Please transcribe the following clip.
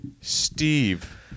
Steve